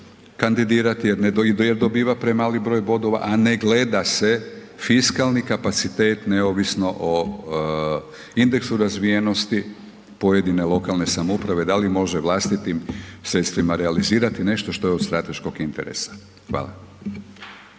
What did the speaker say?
kandidirati jer dobiva premali broj bodova a ne gleda se fiskalni kapacitet neovisno o indeksu razvijenosti pojedine lokalne samouprave, da li može vlastitim sredstvima realizirati nešto što je od strateškog interesa, hvala.